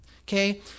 Okay